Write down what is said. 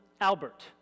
Albert